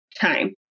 time